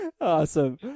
Awesome